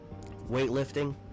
weightlifting